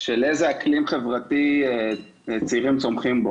- באיזה אקלים חברתי הצעירים צומחים.